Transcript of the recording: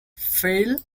phil